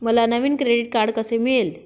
मला नवीन credit card कसे मिळेल?